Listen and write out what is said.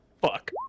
Fuck